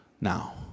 now